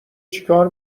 چیکار